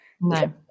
no